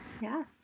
Yes